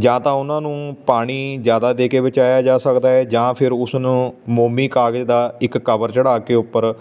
ਜਾਂ ਤਾਂ ਉਹਨਾਂ ਨੂੰ ਪਾਣੀ ਜ਼ਿਆਦਾ ਦੇ ਕੇ ਬਚਾਇਆ ਜਾ ਸਕਦਾ ਹੈ ਜਾਂ ਫਿਰ ਉਸ ਨੂੰ ਮੋਮੀ ਕਾਗਜ਼ ਦਾ ਇੱਕ ਕਬਰ ਚੜ੍ਹਾ ਕੇ ਉੱਪਰ